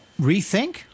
rethink